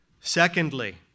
Secondly